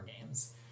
games